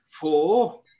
four